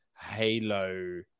Halo